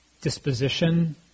disposition